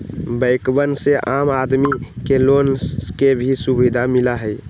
बैंकवन से आम आदमी के लोन के भी सुविधा मिला हई